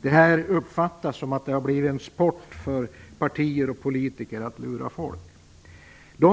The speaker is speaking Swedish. Detta uppfattas som att det har blivit en sport för partier och politiker att lura folk.